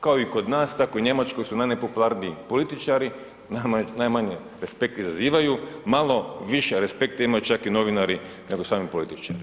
Kao i kod nas i u Njemačkoj su najnepopularniji političari, najmanje respekta izazivaju, malo više respekta imaju čak i novinari nego sami političari.